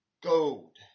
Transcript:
gold